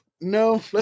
No